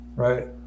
Right